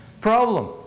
problem